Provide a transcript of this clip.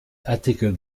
artikel